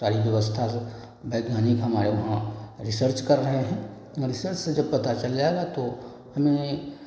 सारी व्यवस्था सब वैज्ञानिक हमारे वहाँ रिसर्च कर रहे हैं रिसर्च से जब पता चल जाएगा तो हमें